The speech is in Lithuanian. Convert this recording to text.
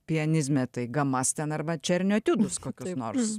pianizme tai gamas ten arba černio etiudus kokius nors